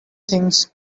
things